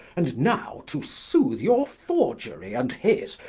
and now to sooth your forgery, and his,